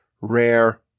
rare